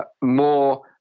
more